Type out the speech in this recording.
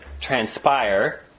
transpire